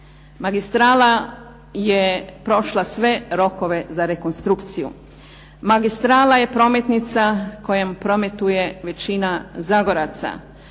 Magistrala je prošla sve rokove za rekonstrukciju. Magistrala je prometnica kojom prometuje većina Zagoraca